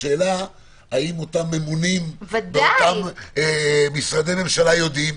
אבל האם אותם ממונים במשרדי ממשלה יודעים,